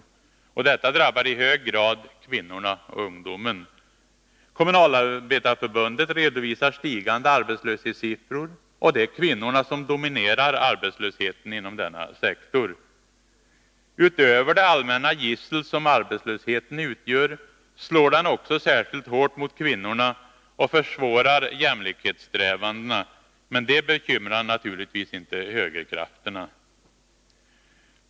Detta drabbar i hög grad kvinnorna och ungdomen. Kommunalarbetareförbundet redovisar stigande arbetslöshetssiffror. Det är kvinnorna som dominerar arbetslösheten inom denna sektor. Utöver det allmänna gissel som arbetslösheten utgör, slår den också särskilt hårt mot kvinnorna och försvårar jämlikhetssträvandena, men det bekymrar naturligtvis inte högerkrafterna.